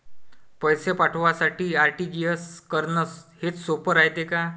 पैसे पाठवासाठी आर.टी.जी.एस करन हेच सोप रायते का?